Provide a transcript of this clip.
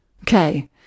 Okay